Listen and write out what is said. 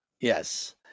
Yes